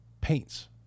paints